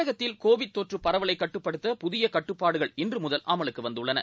தமிழகத்தில் கோவிட் தொற்று பரவலை கட்டுப்படுத்த புதிய கட்டுப்பாடுகள் இன்று முதல் அமலுக்கு வந்துள்ளன